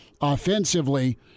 Offensively